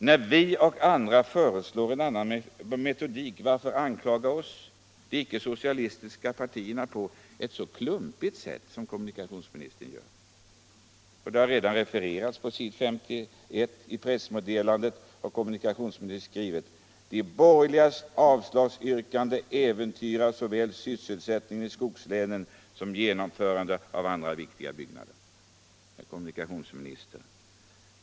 När vi och andra föreslår en annan metodik — varför anklaga oss, de icke-socialistiska partierna, på ett så klumpigt sätt som kommunikationsministern nu gör? Det har redan refererats att kommunikationsministern på s. 51 i pressmeddelandet har skrivit: ”De borgerligas avslagsyrkande äventyrar såväl sysselsättning i skogslänen som genomförandet av andra viktiga vägbyggen.” Herr kommunikationsminister!